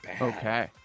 okay